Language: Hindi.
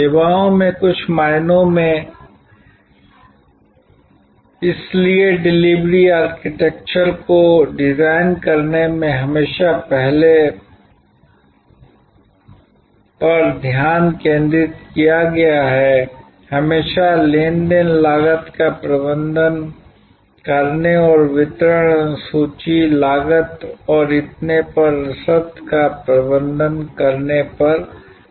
सेवाओं में कुछ मायनों में इसलिए डिलीवरी आर्किटेक्चर को डिजाइन करने में हमेशा पहले पर ध्यान केंद्रित किया गया है हमेशा लेनदेन लागत का प्रबंधन करने और वितरण अनुसूची लागत और इतने पर रसद का प्रबंधन करने पर रहा है